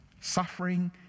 Suffering